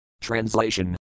Translation